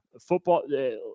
football